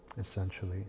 essentially